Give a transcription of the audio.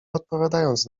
odpowiadając